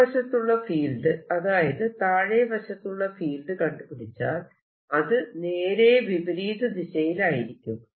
മറുവശത്തുള്ള field അതായത് താഴെ വശത്തുള്ള ഫീൽഡ് കണ്ടുപിടിച്ചാൽ അത് നേരെ വിപരീത ദിശയിലായിരിക്കും